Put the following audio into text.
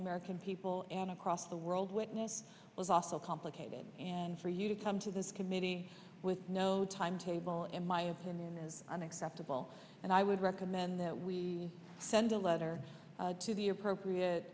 american people and across the world witness was also complicated and for you to come to this committee with no timetable in my opinion is unacceptable and i would recommend that we send a letter to the